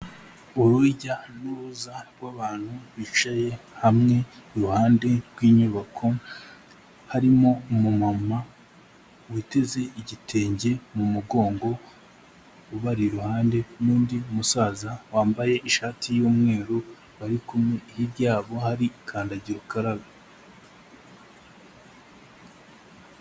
Urujya n'uruza rw'abantu bicaye hamwe iruhande rw'inyubako, harimo umumama witeze igitenge mu mugongo ubari iruhande n'undi musaza wambaye ishati y'umweru bari kumwe, hirya yabo hari kandagira ukarabe.